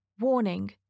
Warning